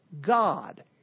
God